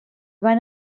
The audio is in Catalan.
van